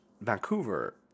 Vancouver